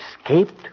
escaped